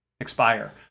expire